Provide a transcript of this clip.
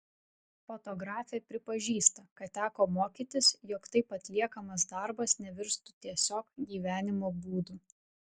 fotografė pripažįsta kad teko mokytis jog taip atliekamas darbas nevirstų tiesiog gyvenimo būdu